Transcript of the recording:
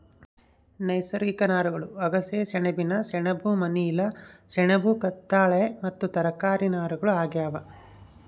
ನೈಸರ್ಗಿಕ ನಾರುಗಳು ಅಗಸೆ ಸೆಣಬಿನ ಸೆಣಬು ಮನಿಲಾ ಸೆಣಬಿನ ಕತ್ತಾಳೆ ಮತ್ತು ತರಕಾರಿ ನಾರುಗಳು ಆಗ್ಯಾವ